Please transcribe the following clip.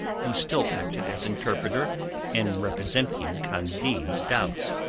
who still acted as interpreter in representing candide's doubts.